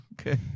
Okay